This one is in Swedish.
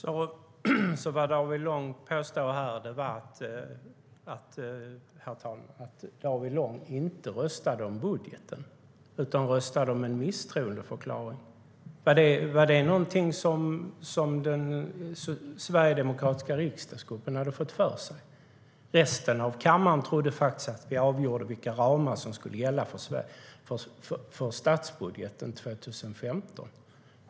Herr talman! David Lång påstår alltså att han inte röstade om budgeten utan om en misstroendeförklaring. Var det något som den sverigedemokratiska riksdagsgruppen hade fått för sig? Resten av kammaren trodde att vi avgjorde vilka ramar som skulle gälla för statsbudgeten 2015.